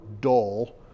dull